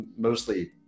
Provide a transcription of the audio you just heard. mostly